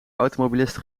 automobilist